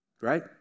Right